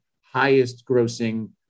highest-grossing